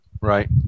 Right